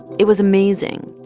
it was amazing.